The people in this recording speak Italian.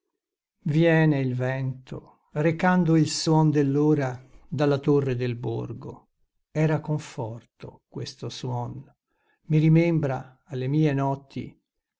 viene il vento recando il suon dell'ora dalla torre del borgo era conforto questo suon mi rimembra alle mie notti